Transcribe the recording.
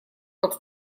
как